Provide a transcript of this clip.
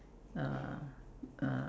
uh uh